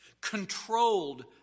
controlled